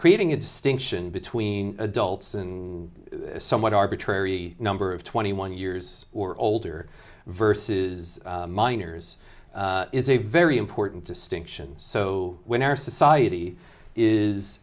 creating a distinction between adults and a somewhat arbitrary number of twenty one years or older verses minors is a very important distinction so when our society is